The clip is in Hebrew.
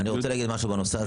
אני רוצה להגיד משהו בנושא הזה,